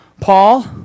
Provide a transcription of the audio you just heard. Paul